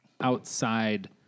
outside